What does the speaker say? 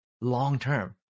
long-term